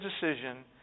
decision